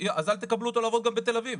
אז אל תקבלו אותו לעבוד גם בתל אביב.